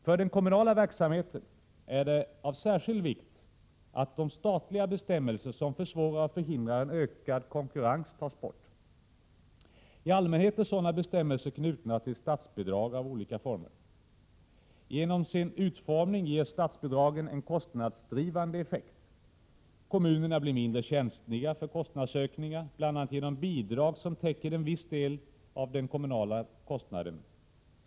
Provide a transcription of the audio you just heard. : För den kommunala verksamheten är det av särskild vikt att de statliga bestämmelser som försvårar och förhindrar en ökad konkurrens tas bort. I allmänhet är sådana bestämmelser knutna till statsbidrag i olika former. Genom sin utformning ger statsbidragen en kostnadsdrivande effekt. Kommunerna blir mindre känsliga för kostnadsökningar, bl.a. genom bidrag som täcker en viss del av den kommunala kostnaden.